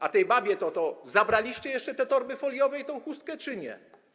A tej babie to zabraliście jeszcze te torby foliowe i tę chustkę czy nie?